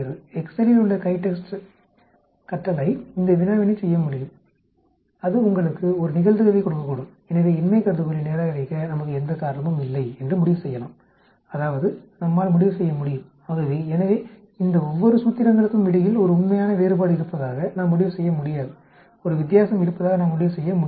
எக்செல்லில் உள்ள CHITEXT கட்டளை இந்த வினாவினைச் செய்ய முடியும் அது உங்களுக்கு ஒரு நிகழ்தகவைக் கொடுக்கக்கூடும் எனவே இன்மை கருதுகோளை நிராகரிக்க நமக்கு எந்த காரணமும் இல்லை என்று முடிவு செய்யலாம் அதாவது நம்மால் முடிவு செய்ய முடியும் ஆகவே எனவே இந்த ஒவ்வொரு சூத்திரங்களுக்கும் இடையில் ஒரு உண்மையான வேறுபாடு இருப்பதாக நாம் முடிவு செய்ய முடியாது ஒரு வித்தியாசம் இருப்பதாக நாம் முடிவு செய்ய முடியாது